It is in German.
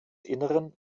innern